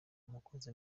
umukozi